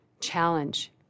challenge